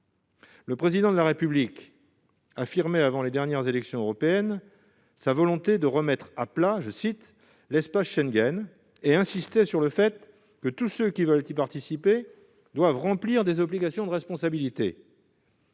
Le Président de la République affirmait, avant les dernières élections européennes, sa volonté de « remettre à plat » l'espace Schengen et insistait sur le fait que « tous ceux qui veulent y participer doivent remplir des obligations de responsabilité